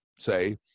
Say